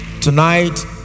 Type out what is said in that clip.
Tonight